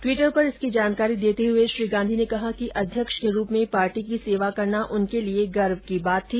Twitter पर इसकी जानकारी देते हुए श्री गांधी ने कहा कि अध्यक्ष के रूप में पार्टी की सेवा करना उनके लिए गर्व की बात थी